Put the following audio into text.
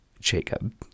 jacob